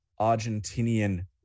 Argentinian